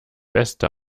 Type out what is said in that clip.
beste